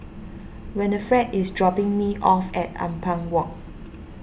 Winnifred is dropping me off at Ampang Walk